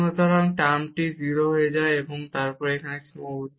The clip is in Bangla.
সুতরাং এই টার্মটি 0 তে যায় এবং এটি এখানে সীমাবদ্ধ